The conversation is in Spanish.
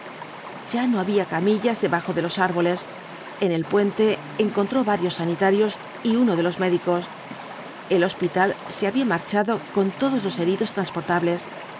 ya no había camillas debajo de los árboles en el puente encontró varios sanitarios y uno de los médicos el hospital se había marchado con todos los heridos transportables